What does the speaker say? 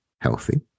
healthy